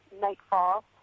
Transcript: nightfall